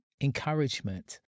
encouragement